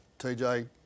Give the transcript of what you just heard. TJ